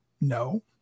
No